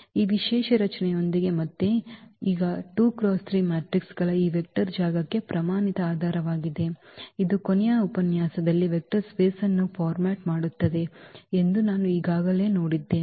ಈ ವಿಶೇಷ ರಚನೆಯೊಂದಿಗೆ ಮತ್ತೆ ಈ 2 × 3 ಮ್ಯಾಟ್ರಿಕ್ಗಳ ಈ ವೆಕ್ಟರ್ ಜಾಗಕ್ಕೆ ಪ್ರಮಾಣಿತ ಆಧಾರವಾಗಿದೆ ಇದು ಕೊನೆಯ ಉಪನ್ಯಾಸದಲ್ಲಿ ವೆಕ್ಟರ್ ಸ್ಪೇಸ್ವನ್ನು ಫಾರ್ಮ್ಯಾಟ್ ಮಾಡುತ್ತದೆ ಎಂದು ನಾವು ಈಗಾಗಲೇ ನೋಡಿದ್ದೇವೆ